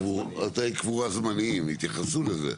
לאתרי קבורה זמניים, התייחסו לזה.